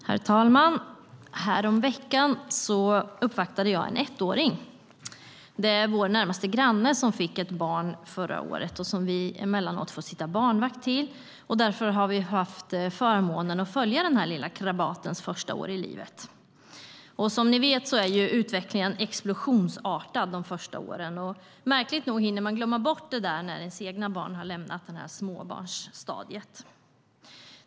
Herr talman! Häromveckan uppvaktade jag en ettåring. Vår närmaste granne fick ett barn förra året som vi emellanåt får sitta barnvakt till. Därför har vi haft förmånen att följa den här lilla krabatens första år i livet. Som ni vet är utvecklingen explosionsartad de första åren, och märkligt nog glömmer man bort det när ens egna barn har lämnat småbarnsstadiet.